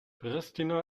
pristina